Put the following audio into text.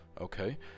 Okay